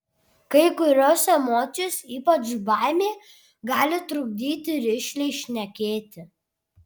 kai kurios emocijos ypač baimė gali trukdyti rišliai šnekėti